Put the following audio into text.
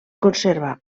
conserva